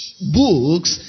Books